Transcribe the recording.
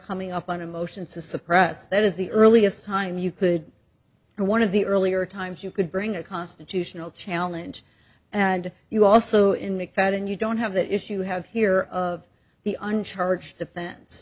coming up on a motion to suppress that is the earliest time you could and one of the earlier times you could bring a constitutional challenge and you also in mcfadden you don't have that issue have here of the unchurched defen